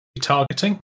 targeting